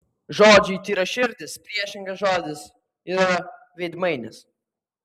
žodžiui tyraširdis priešingas žodis yra veidmainis